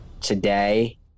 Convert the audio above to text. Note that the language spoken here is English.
Today